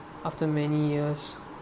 after many years